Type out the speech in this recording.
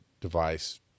device